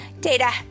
Data